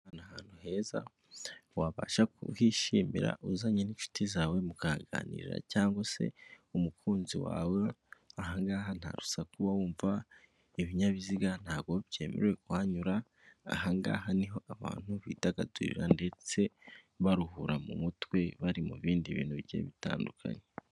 Ahantu ahantu heza wabasha kuhishimira uzanye n'inshuti zawe mukaganira cyangwa se umukunzi wawe ahangaha nta rusaku uba wumva, ibinyabiziga ntabwo byemewe kuhanyura ahangaha niho abantu bidagadurira ndetse baruhura mu mutwe bari mu bindi bintu bigiye bitandukanye.